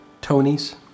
Tony's